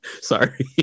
Sorry